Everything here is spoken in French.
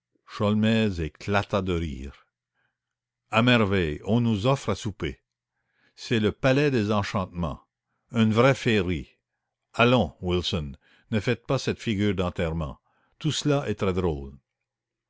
éclata de rire à merveille on nous offre à souper c'est le palais des enchantements allons wilson ne faites pas cette figure d'enterrement tout cela est très drôle